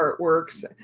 artworks